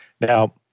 Now